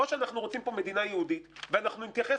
או שאנחנו רוצים פה מדינה יהודית ואנחנו נתייחס